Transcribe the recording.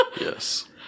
Yes